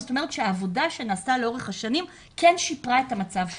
זאת אומרת שהעבודה שנעשתה לאורך השנים כן שיפרה את המצב שלהם.